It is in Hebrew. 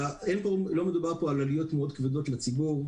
לא מדובר פה על עלויות מאוד כבדות לציבור.